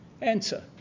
Answer